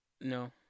No